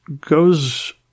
goes